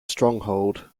stronghold